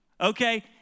Okay